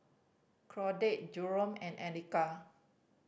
Claudette Jerome and Annika